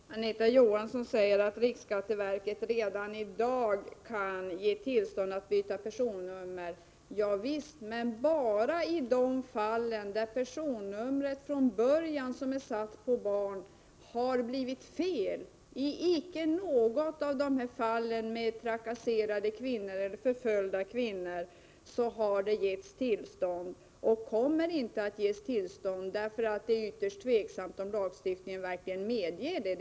Herr talman! Anita Johansson säger att riksskatteverket redan i dag kan ge tillstånd att byta personnummer. Ja visst, men bara i de fall där personnumret för t.ex. ett barn från början har blivit felaktigt. Icke i något av fallen med trakasserade eller förföljda kvinnor har riksskatteverket gett tillstånd, och det kommer inte att ges tillstånd därför att det är ytterst osäkert om lagstiftningen verkligen medger detta.